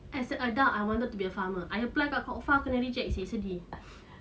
as an adult I wanted to be a farmer I apply kat kok fah kena reject seh sedih